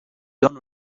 don